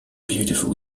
beautiful